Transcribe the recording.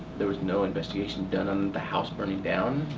there was no investigation done on the house burning down,